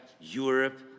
Europe